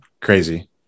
crazy